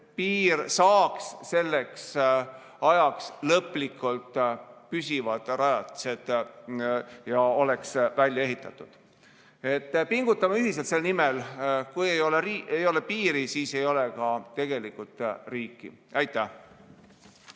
piir saaks selleks ajaks lõplikult püsirajatised ja oleks välja ehitatud. Pingutame ühiselt selle nimel! Kui ei ole piiri, siis ei ole tegelikult ka riiki. Aitäh!